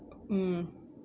mm